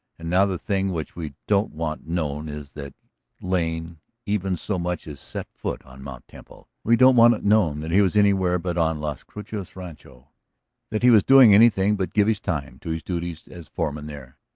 and now the thing which we don't want known is that lane even so much as set foot on mt. temple. we don't want it known that he was anywhere but on las cruces rancho that he was doing anything but give his time to his duties as foreman there.